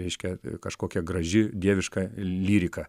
reiškia kažkokia graži dieviška lyrika